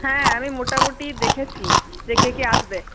হ্যাঁ আমি মোটামোটি দেখেছি যে কে কে আসবে